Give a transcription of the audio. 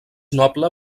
noble